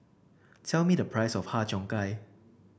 tell me the price of Har Cheong Gai